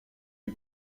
les